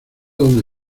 donde